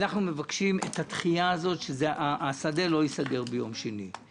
אנחנו מבקשים את הדחייה כך שהשדה לא ייסגר ביום שני.